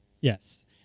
Yes